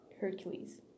Hercules